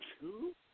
two